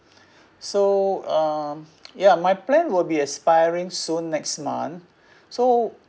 so um ya my plan will be expiring soon next month so